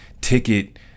ticket